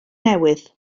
newydd